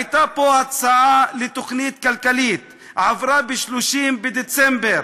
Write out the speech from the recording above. הייתה פה הצעה לתוכנית כלכלית, שעברה ב-30 בדצמבר.